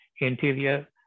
interior